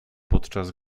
podczas